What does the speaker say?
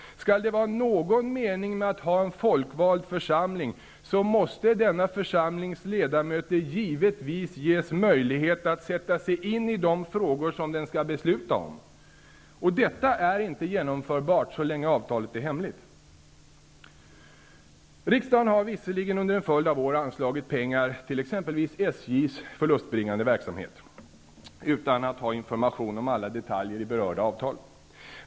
Skall det vara någon mening med att ha en folkvald församling måste denna församlings ledamöter givetvis ges möjlighet att sätta sig in i de frågor som den skall besluta om. Detta är inte genomförbart så länge avtalet är hemligt. Riksdagen har visserligen under en följd av år anslagit pengar till exempelvis SJ:s förlustbringande verksamhet utan att ha information om alla detaljer i berörda avtal.